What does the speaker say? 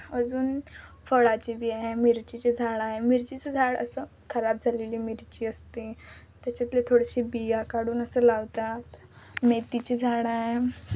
अजून फळाची बी आहे मिरचीचे झाड आहे मिरचीचं झाड असं खराब झालेली मिरची असते त्याच्यातल्या थोड्याशा बिया काढून असं लावतात मेथीचे झाड आहे